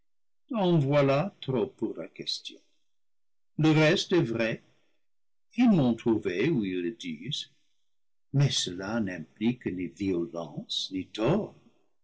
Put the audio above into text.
voilà trop pour la question le reste est vrai ils m'ont trouvé où ils le disent mais cela n'implique ni violence ni tort